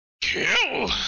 Kill